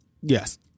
yes